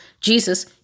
Jesus